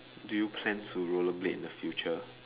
do you plan to rollerblade in the future